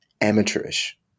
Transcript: amateurish